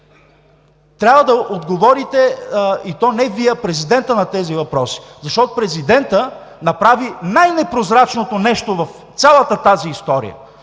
Трябва да отговорите, и то не Вие, а президентът на тези въпроси, защото президентът направи най-непрозрачното нещо в цялата тази история.